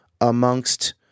amongst